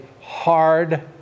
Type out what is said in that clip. hard